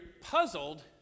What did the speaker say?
puzzled